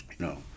No